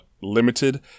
limited